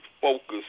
focus